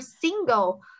single